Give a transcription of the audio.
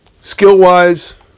skill-wise